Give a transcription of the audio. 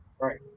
right